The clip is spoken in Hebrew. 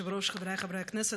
כבוד היושב-ראש, חבריי חברי הכנסת,